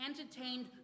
entertained